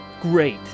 Great